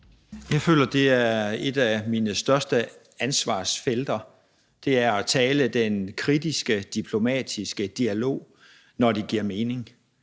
Jeg føler, at et af mine største ansvarsfelter er at tage den kritiske, diplomatiske dialog, når det giver mening.